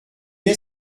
est